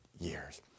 years